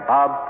Bob